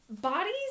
bodies